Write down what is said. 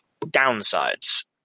downsides